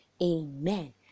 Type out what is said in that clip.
Amen